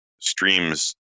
streams